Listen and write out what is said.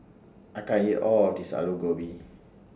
I can't eat All of This Aloo Gobi